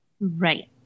right